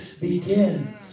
begin